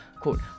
quote